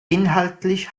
inhaltlich